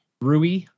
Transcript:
Rui